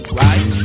right